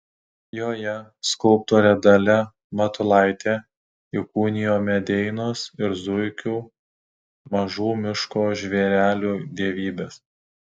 joje skulptorė dalia matulaitė įkūnijo medeinos ir zuikių mažų miško žvėrelių dievybes